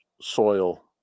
soil